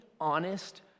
honest